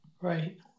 Right